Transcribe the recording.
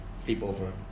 sleepover